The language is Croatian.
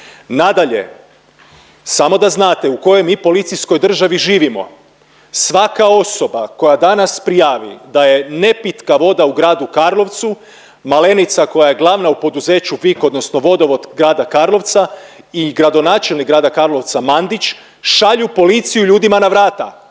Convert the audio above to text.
Nadalje, samo da znate u kojoj mi policijskoj državi živimo. Svaka osoba koja danas prijavi da je nepitka voda u Gradu Karlovcu Malenica koja je glavna u poduzeću VIK odnosno Vodovod Grada Karlovca i gradonačelnik Grada Karlovca Mandić šalju policiju ljudima na vrata.